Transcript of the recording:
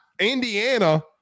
Indiana –